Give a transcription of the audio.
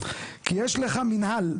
כי יש לך מינהל.